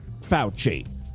fauci